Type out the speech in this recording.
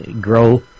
grow